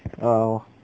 err